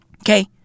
Okay